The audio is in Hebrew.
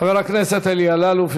חבר הכנסת אלי אלאלוף,